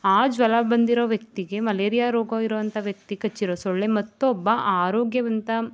ಆ ಜ್ವರ ಬಂದಿರೋ ವ್ಯಕ್ತಿಗೆ ಮಲೇರಿಯ ರೋಗವಿರುವಂಥ ವ್ಯಕ್ತಿ ಕಚ್ಚಿರೋ ಸೊಳ್ಳೆ ಮತ್ತೊಬ್ಬ ಆರೋಗ್ಯವಂತ